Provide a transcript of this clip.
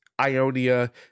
Ionia